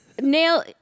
Nail